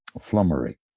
flummery